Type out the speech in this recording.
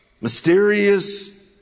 mysterious